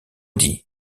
dit